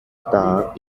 star